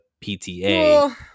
PTA